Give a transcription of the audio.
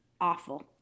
awful